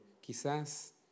quizás